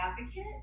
advocate